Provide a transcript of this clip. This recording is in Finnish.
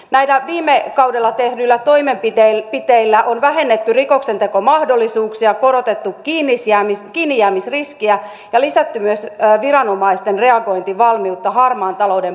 näillä viime kaudella tehdyillä toimenpiteillä on vähennetty rikoksentekomahdollisuuksia korotettu kiinnijäämisriskiä ja myös lisätty viranomaisten reagointivalmiutta harmaan talouden paljastamisessa